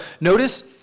notice